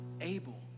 Abel